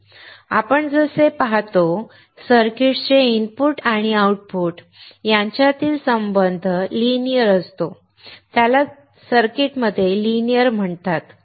आता जसे आपण येथे पाहतो सर्किटचे इनपुट आणि आउटपुट यांच्यातील संबंध लिनियर असतो त्याला सर्किटमध्ये लिनियर म्हणतात